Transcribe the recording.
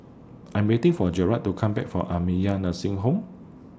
I Am waiting For Garett to Come Back from Nursing Home